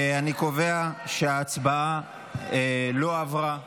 אני קובע שההצעה לא עברה,